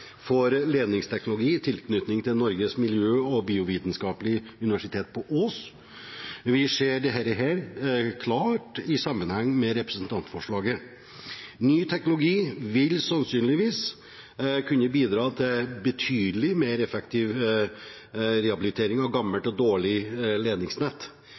for ledningsteknologi i tilknytning til Norges miljø- og biovitenskapelige universitet på Ås. Vi ser dette klart i sammenheng med representantforslaget. Ny teknologi vil sannsynligvis kunne bidra til betydelig mer effektiv rehabilitering av gammelt og dårlig ledningsnett.